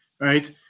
right